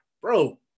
Bro